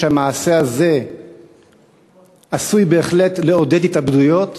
שהמעשה הזה עשוי בהחלט לעודד התאבדויות?